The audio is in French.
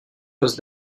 poste